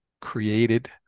created